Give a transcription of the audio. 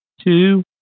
two